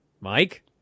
Mike